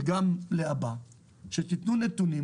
וגם להבא, שתתנו נתונים